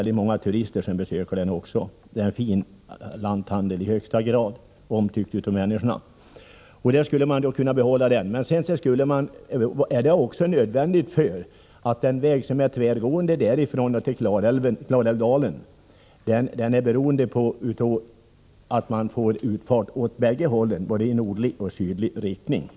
Det är en mycket fin och omtyckt lanthandel som, vilket jag påpekade, också besöks av många turister. Det är emellertid också nödvändigt att poängtera att den väg som kommer från Olsäter i Klarälvsdalen är beroende av utfarter i både nordlig och sydlig riktning.